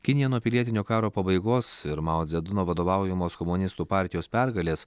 kinija nuo pilietinio karo pabaigos ir mao dzeduno vadovaujamos komunistų partijos pergalės